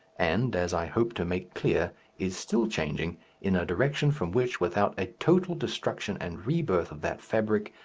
and as i hope to make clear is still changing in a direction from which, without a total destruction and rebirth of that fabric,